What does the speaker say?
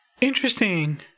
Interesting